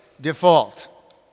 default